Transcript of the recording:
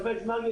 חבר הכנסת מרגי,